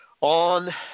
on